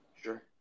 sure